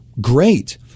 Great